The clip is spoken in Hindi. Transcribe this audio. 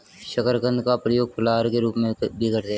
शकरकंद का प्रयोग फलाहार के रूप में भी करते हैं